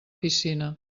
piscina